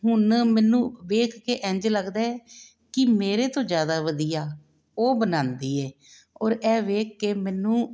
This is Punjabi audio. ਹੁਣ ਮੈਨੂੰ ਵੇਖ ਕੇ ਐਂਝ ਲੱਗਦਾ ਐ ਕੀ ਮੇਰੇ ਤੋਂ ਜ਼ਿਆਦਾ ਵਧੀਆ ਉਹ ਬਣਾਂਦੀ ਐ ਔਰ ਐਹ ਵੇਖ ਕੇ ਮੇਨੂੰ